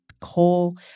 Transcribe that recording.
coal